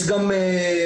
יש גם בנקודות,